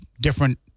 different